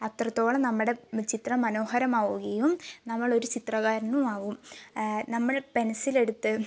അത്രത്തോളം നമ്മുടെ ചിത്രം മനോഹരമാവുകയും നമ്മളൊരു ചിത്രകാരനും ആവും നമ്മൾ പെൻസിലെടുത്ത്